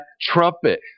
Trumpet